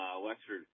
Wexford